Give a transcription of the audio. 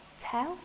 tell